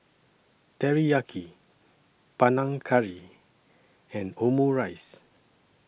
Teriyaki Panang Curry and Omurice